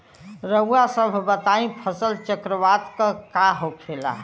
रउआ सभ बताई फसल चक्रवात का होखेला?